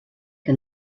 que